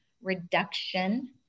reduction